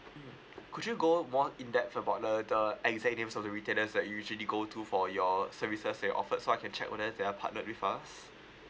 mm could you go more in depth about the the uh exact name of the retailers that you usually go to for your services they offered so I can check on that there are partnered with us